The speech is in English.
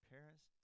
Parents